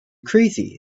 crazy